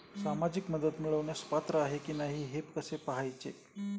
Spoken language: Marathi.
सामाजिक मदत मिळवण्यास पात्र आहे की नाही हे कसे पाहायचे?